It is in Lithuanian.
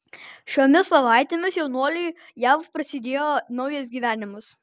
šiomis savaitėmis jaunuoliui jav prasidėjo naujas gyvenimas